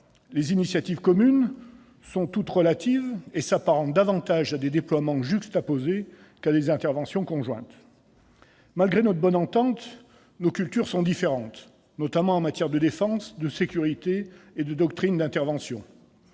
Les initiatives communes sont toutes relatives et s'apparentent davantage à des déploiements juxtaposés qu'à des interventions conjointes. Malgré notre bonne entente, nos cultures sont différentes, notamment en matière de défense, de sécurité et de doctrines d'intervention.